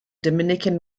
dominican